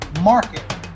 market